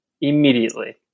immediately